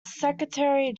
secretary